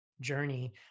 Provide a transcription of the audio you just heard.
journey